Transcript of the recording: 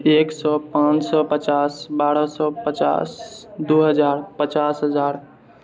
एक सए पाँच सए पचास बारह सए पचास दो हजार पचास हजार